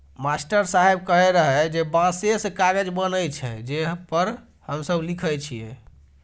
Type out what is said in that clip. master साहेब कहै रहै जे बांसे सं कागज बनै छै, जे पर हम सब लिखै छियै